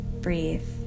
Breathe